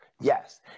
Yes